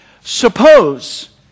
Suppose